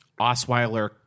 Osweiler